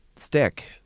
Stick